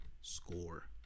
score